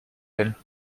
elle